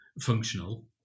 functional